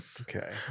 Okay